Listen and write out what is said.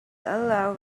allow